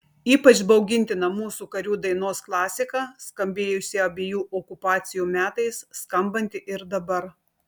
ypač baugintina mūsų karių dainos klasika skambėjusi abiejų okupacijų metais skambanti ir dabar